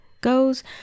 goes